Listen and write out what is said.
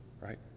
right